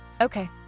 Okay